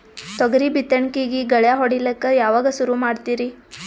ತೊಗರಿ ಬಿತ್ತಣಿಕಿಗಿ ಗಳ್ಯಾ ಹೋಡಿಲಕ್ಕ ಯಾವಾಗ ಸುರು ಮಾಡತೀರಿ?